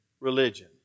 religion